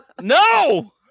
No